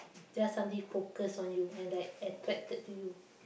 just suddenly focus on you and like attracted to you